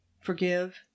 forgive